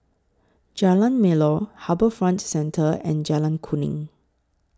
Jalan Melor HarbourFront Centre and Jalan Kuning